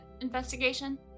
investigation